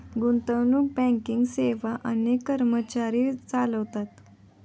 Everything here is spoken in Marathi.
गुंतवणूक बँकिंग सेवा अनेक कर्मचारी चालवतात